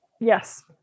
yes